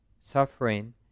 suffering